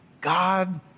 God